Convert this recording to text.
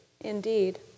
indeed